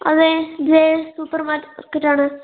അതെ അതെ സൂപ്പർ മാർക്കറ്റാണ്